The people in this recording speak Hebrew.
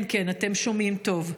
כן כן, אתם שומעים טוב.